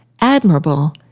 admirable